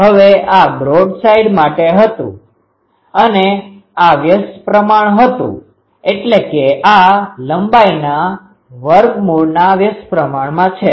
હવે આ બ્રોડસાઇડ માટે હતું અને આ વ્યસ્ત પ્રમાણ હતું એટલે કે આ લંબાઈના વર્ગમૂળના વ્યસ્ત પ્રમાણમાં છે